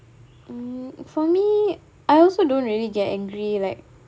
mm for me I also don't really get angry like